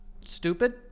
Stupid